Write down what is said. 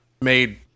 made